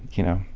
you know,